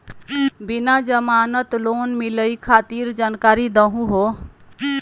बिना जमानत लोन मिलई खातिर जानकारी दहु हो?